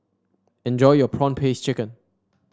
enjoy your prawn paste chicken